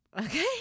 okay